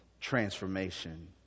transformation